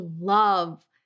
love